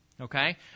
Okay